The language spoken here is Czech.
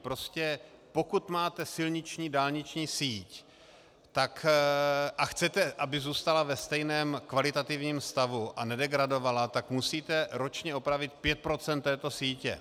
Prostě pokud máte silniční, dálniční síť a chcete, aby zůstala ve stejném kvalitativním stavu a nedegradovala, tak musíte ročně opravit pět procent této sítě.